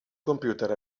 computer